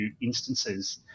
instances